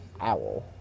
owl